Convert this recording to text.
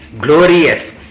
glorious